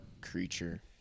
creature